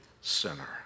sinner